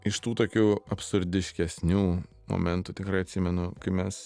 iš tų tokių absurdiškesnių momentų tikrai atsimenu kai mes